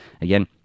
Again